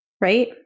right